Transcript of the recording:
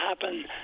happen